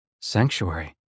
Sanctuary